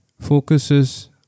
focuses